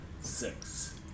Six